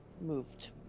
moved